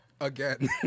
Again